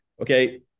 okay